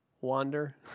Wander